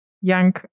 young